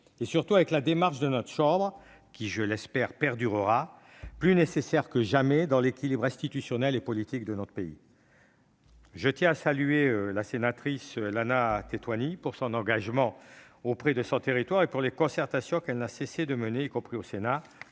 et surtout avec la démarche du Sénat, dont j'espère qu'elle perdurera, car elle est plus nécessaire que jamais dans l'équilibre institutionnel et politique de notre pays. Je tiens à saluer notre collègue Lana Tetuanui pour son engagement en faveur de son territoire et pour les concertations qu'elle n'a cessé de mener, y compris au Sénat,